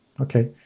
Okay